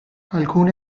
alcune